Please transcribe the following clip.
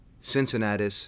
Cincinnati